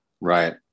Right